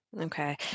Okay